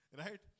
right